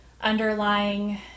underlying